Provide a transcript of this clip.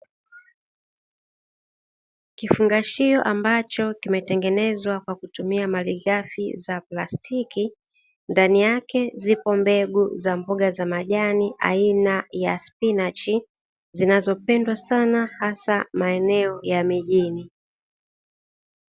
Kifungashio ambacho kimetengenezwa kwa kutumia malighafi za palstiki, ndani yake zipo mbegu za mboga za majani aina ya spinachi, zinazopendwa sana haswa maeneo mjini.